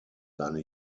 seine